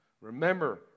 Remember